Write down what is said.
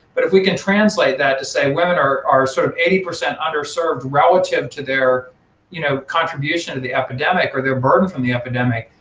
but if we can translate that to say women are sort of eighty percent underserved relative to their you know contribution to the epidemic or their burden from the epidemic,